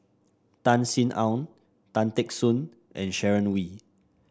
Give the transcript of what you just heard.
Tan Sin Aun Tan Teck Soon and Sharon Wee